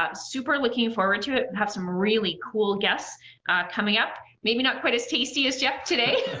ah super looking forward to it, have some really cool guests coming up, maybe not quite as tasty as jeff today,